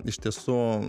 iš tiesų